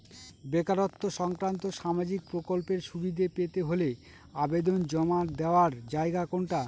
বেকারত্ব সংক্রান্ত সামাজিক প্রকল্পের সুবিধে পেতে হলে আবেদন জমা দেওয়ার জায়গা কোনটা?